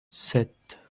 sept